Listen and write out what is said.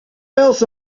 else